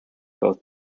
both